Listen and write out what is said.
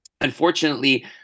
unfortunately